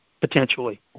potentially